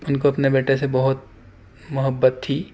ان کو اپنے بیٹے سے بہت محبت تھی